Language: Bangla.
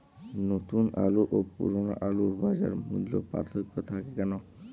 নতুন আলু ও পুরনো আলুর বাজার মূল্যে পার্থক্য থাকে কেন?